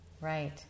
Right